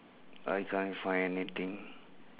I can't find anything